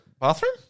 bathroom